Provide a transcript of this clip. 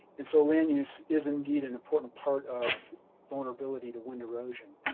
and so land use is indeed an important part of vulnerability to wind erosion.